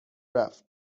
رفت